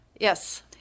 Yes